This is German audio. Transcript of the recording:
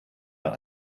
mehr